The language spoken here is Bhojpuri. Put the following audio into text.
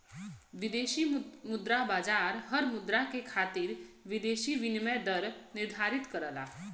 विदेशी मुद्रा बाजार हर मुद्रा के खातिर विदेशी विनिमय दर निर्धारित करला